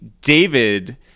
David